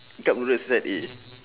cup noodle set A